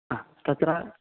ह तत्र